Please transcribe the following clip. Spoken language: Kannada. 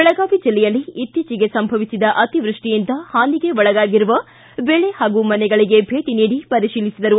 ಬೆಳಗಾವಿ ಜಿಲ್ಲೆಯಲ್ಲಿ ಇತ್ತೀಚಿಗೆ ಸಂಭವಿಸಿದ ಅತಿವೃಷ್ಟಿಯಿಂದ ಹಾನಿಗೆ ಒಳಗಾಗಿರುವ ಬೆಳೆ ಹಾಗೂ ಮನೆಗಳಿಗೆ ಭೇಟಿ ನೀಡಿ ಪರಿಶೀಲಿಸಿದರು